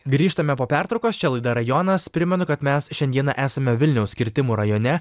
grįžtame po pertraukos čia laida rajonas primenu kad mes šiandieną esame vilniaus kirtimų rajone